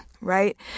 right